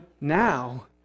now